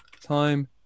Time